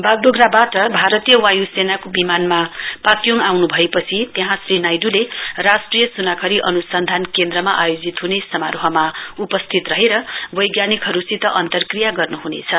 वागडोगरावाट भारतीय वाय् सेनाको विमानमा पाक्योङ आउन्भएपछि त्यहाँ श्री नाइड्रले राष्ट्रिय सुनाखरी अन्सन्धान केन्द्रमा आयोजित हुने समारोहमा उपस्थित रहेर वैज्ञानिकहरुसित अन्तक्रिर्या गर्नुह्नेछ